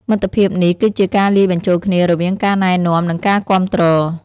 មិត្តភាពនេះ គឺជាការលាយបញ្ចូលគ្នារវាងការណែនាំ និងការគាំទ្រ។